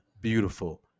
beautiful